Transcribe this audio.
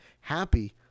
happy